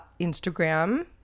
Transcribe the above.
Instagram